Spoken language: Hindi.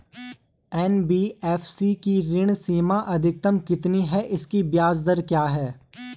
एन.बी.एफ.सी की ऋण सीमा अधिकतम कितनी है इसकी ब्याज दर क्या है?